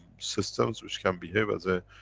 systems which can behave as a.